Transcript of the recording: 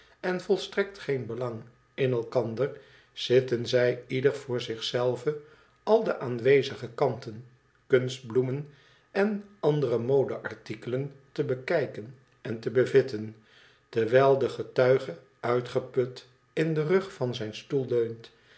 en volstrekt geen belang in elkander zitten zij ieder voor zich zelve al de aanwezige kanten kunstbloemen en andere modeartikelen te bekijken en te bevitten terwijl de getuige uitgeput in den rug van zijn stoel leunt